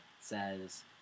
Says